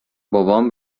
بابام